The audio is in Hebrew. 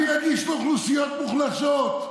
אני רגיש לאוכלוסיות מוחלשות.